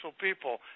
people